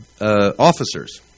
officers